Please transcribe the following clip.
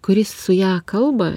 kuris su ja kalba